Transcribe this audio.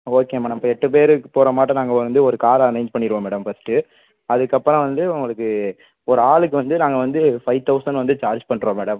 okay madam இப்போ எட்டு பேரு போகிற மாட்டம் நாங்கள் வந்து ஒரு காரு அரேஞ்ச் பண்ணிடுவோம் மேடம் ஃபஸ்ட்டு அதுக்கப்புறம் வந்து உங்களுக்கு ஒரு ஆளுக்கு வந்து நாங்கள் வந்து ஃபை தௌசண்ட் வந்து சார்ஜ் பண்ணுறோம் மேடம்